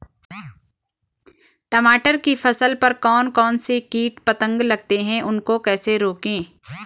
टमाटर की फसल पर कौन कौन से कीट पतंग लगते हैं उनको कैसे रोकें?